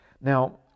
Now